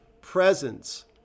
presence